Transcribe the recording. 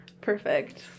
Perfect